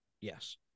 yes